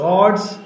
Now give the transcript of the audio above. God's